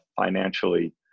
financially